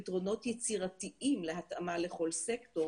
פתרונות יצירתיים להתאמה לכול סקטור